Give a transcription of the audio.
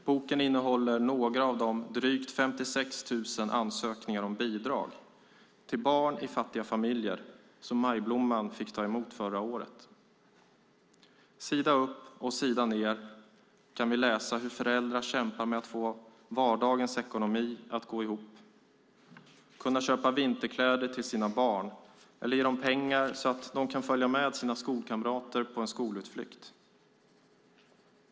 Boken innehåller några av de 56 200 ansökningar om bidrag till barn i fattiga familjer som Majblomman fick ta emot förra året. Sida upp och sida ner kan man läsa hur föräldrar kämpar med att få vardagens ekonomi att gå ihop, att kunna köpa vinterkläder till sina barn eller ge dem pengar så att de kan följa med sina skolkamrater på en skolutflykt.